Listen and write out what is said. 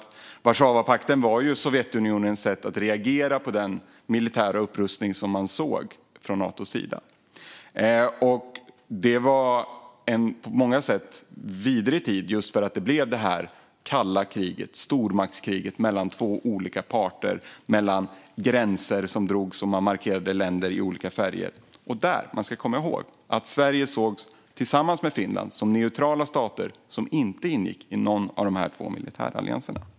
Warszawapakten var Sovjetunionens sätt att reagera på den militära upprustning som de såg från Natos sida. Det var en på många sätt vidrig tid just på grund av det kalla kriget, stormaktskriget, som uppstod mellan två olika parter. Det drogs gränser, och man markerade länder i olika färger. Vi ska komma ihåg att Sverige tillsammans med Finland då sågs som neutrala stater som inte ingick i någon av de två militärallianserna.